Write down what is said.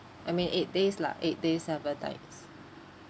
I mean eight days lah eight days seven nights